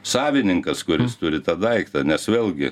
savininkas kuris turi tą daiktą nes vėlgi